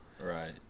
Right